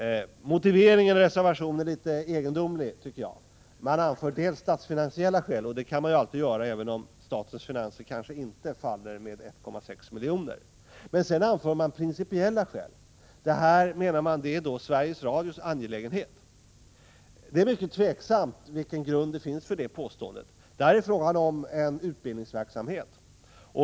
Motiveringen i reservationen är något egendomlig. Socialdemokraterna anför statsfinansiella skäl — och det kan man alltid göra, även om statens finanser kanske inte står och faller med 1,6 miljoner. Men dessutom anför man principiella skäl. Socialdemokraterna menar att denna utbildnig är Sveriges Radios angelägenhet. Det är mycket tveksamt vilken grund det finns för det påståendet. Det är här fråga om en utbildningsverksamhet.